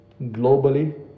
globally